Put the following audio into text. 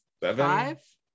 five